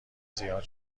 زیاد